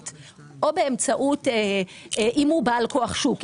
אם הוא בעל כוח שוק,